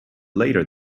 later